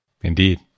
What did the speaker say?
Indeed